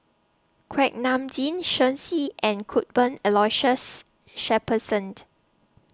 Kuak Nam Jin Shen Xi and Cuthbert Aloysius Shepherdsont